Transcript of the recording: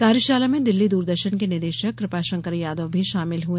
कार्यशाला में दिल्ली दूरदर्शन के निदेशक कृपाशंकर यादव भी शामिल हुए